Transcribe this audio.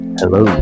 hello